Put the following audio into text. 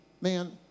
man